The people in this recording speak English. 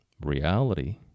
reality